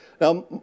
Now